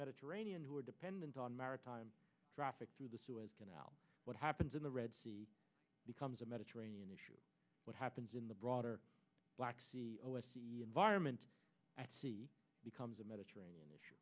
mediterranean who are dependent on maritime traffic through the suez canal what happens in the red sea becomes a mediterranean issue what happens in the broader black sea environment at sea becomes a mediterranean